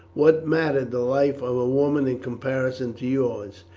what mattered the life of a woman in comparison to yours,